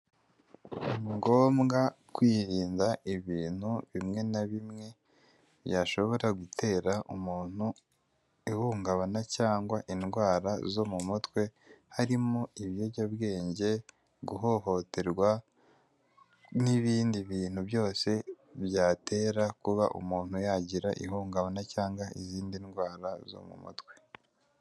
Ni ngombwa kwirinda ibintu bimwe na bimwe byashobora gutera umuntu ihungabana cyangwa indwara zo mu mutwe, harimo ibiyobyabwenge ,guhohoterwa n'ibindi bintu byose byatera kuba umuntu yagira ihungabana cyangwa izindi ndwara zo mu mutwe.